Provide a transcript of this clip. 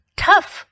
tough